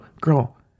girl